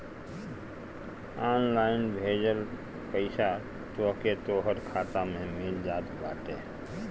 online भेजल पईसा तोहके तोहर खाता में मिल जात बाटे